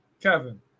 Kevin